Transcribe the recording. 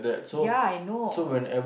ya I know